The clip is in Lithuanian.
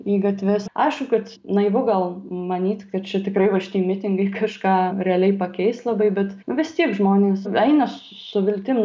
į gatves aišku kad naivu gal manyt kad čia tikrai vat šiti mitingai kažką realiai pakeis labai bet nu vis tiek žmonės eina ss su viltim